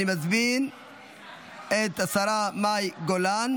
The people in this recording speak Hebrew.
אני מזמין את השרה מאי גולן